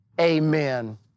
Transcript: amen